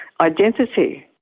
identity